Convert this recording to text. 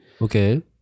Okay